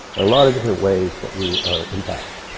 a lot of different ways that we are impacting.